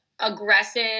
aggressive